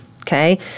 okay